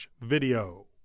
video